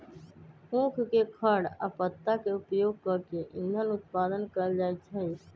उख के खर आ पत्ता के उपयोग कऽ के इन्धन उत्पादन कएल जाइ छै